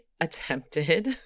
attempted